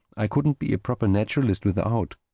i couldn't be a proper naturalist without,